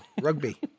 rugby